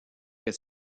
est